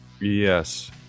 Yes